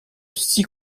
six